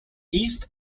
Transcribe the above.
east